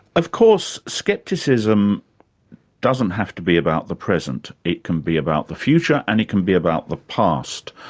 of course, scepticism doesn't have to be about the present. it can be about the future, and it can be about the past.